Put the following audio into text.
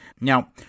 Now